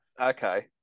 Okay